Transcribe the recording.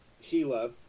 Sheila